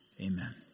Amen